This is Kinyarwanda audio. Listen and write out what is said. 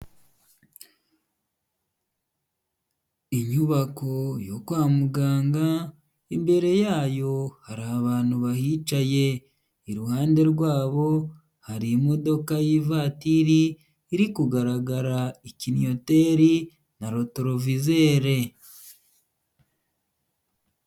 Inyubako yo kwa muganga imbere yayo hari abantu bahicaye, iruhande rwabo hari imodoka y'ivatiri iri kugaragara ikinyoteri na rotorovizere.